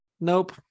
Nope